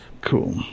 Cool